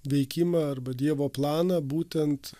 veikimą arba dievo planą būtent